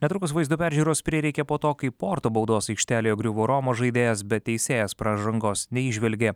netrukus vaizdo peržiūros prireikė po to kai porto baudos aikštelėje griuvo romos žaidėjas bet teisėjas pražangos neįžvelgė